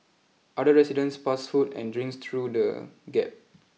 other residents passed food and drinks through the gap